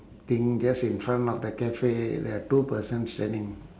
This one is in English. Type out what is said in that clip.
thing just in front of the cafe there are two person standing